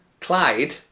Clyde